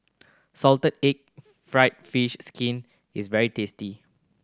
salted egg fried fish skin is very tasty